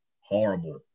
horrible